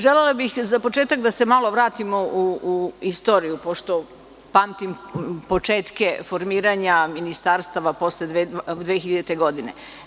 Želela bih za početak da se malo vratimo u istoriju, pošto pamtim početke formiranje ministarstava posle 2000. godine.